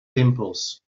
pimples